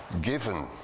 given